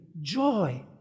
joy